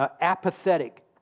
apathetic